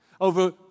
over